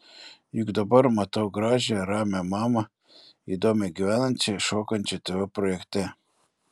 juk dabar matau gražią ramią mamą įdomiai gyvenančią šokančią tv projekte